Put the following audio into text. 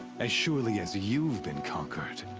as surely as you've been conquered.